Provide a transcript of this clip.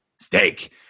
steak